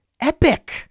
epic